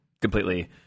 completely